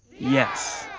yes.